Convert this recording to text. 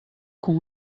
com